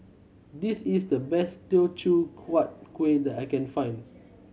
this is the best Teochew Huat Kuih that I can find